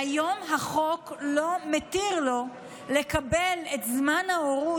והיום החוק לא מתיר לו לקבל את זמן ההורות,